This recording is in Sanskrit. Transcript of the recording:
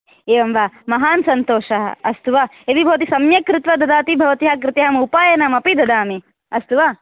एवं वा महान् सन्तोषः अस्तु वा यदि भवती सम्यक् कृत्त्वा ददाति भवत्याः कृते अहम् उपायनमपि ददामि अस्तु वा